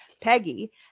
Peggy